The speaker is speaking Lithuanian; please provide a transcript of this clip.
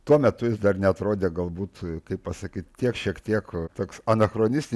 tuo metu jis dar neatrodė galbūt kaip pasakyti tiek šiek tiek toks anachronistinis